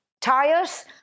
tires